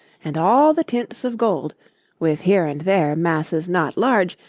and all the tints of gold with here and there masses not large,